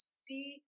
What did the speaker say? see